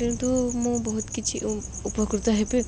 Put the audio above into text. କିନ୍ତୁ ମୁଁ ବହୁତ କିଛି ଉପକୃତ ହେବି